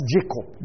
Jacob